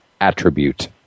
attribute